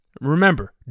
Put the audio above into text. Remember